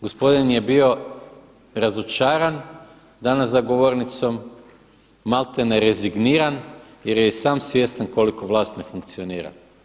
Gospodin je bio razočaran danas za govornicom, maltene rezigniran jer je i sam svjestan koliko vlast ne funkcionira.